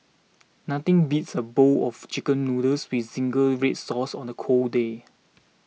nothing beats a bowl of Chicken Noodles with Zingy Red Sauce on a cold day